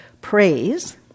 praise